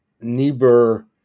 Niebuhr